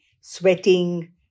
sweating